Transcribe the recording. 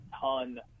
ton